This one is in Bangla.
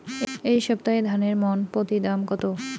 এই সপ্তাহে ধানের মন প্রতি দাম কত?